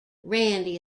randy